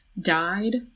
died